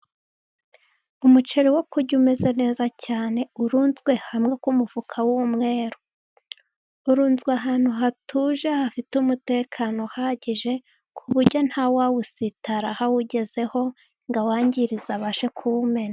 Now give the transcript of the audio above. Umuceri wo kurya umeze neza cyane, urunzwe hamwe kumufuka w'umweru, urunzwe ahantu hatuje hafite umutekano uhagije, ku buryo ntawawusitaraho awugezeho ngo awangirize ngo abashe kuwumena.